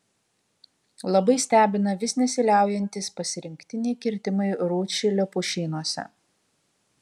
labai stebina vis nesiliaujantys pasirinktiniai kirtimai rūdšilio pušynuose